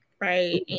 right